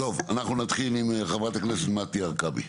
טוב אנחנו נתחיל עם חברת הכנסת מטי הרכבי.